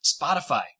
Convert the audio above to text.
Spotify